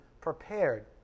prepared